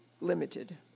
limited